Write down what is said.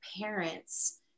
parents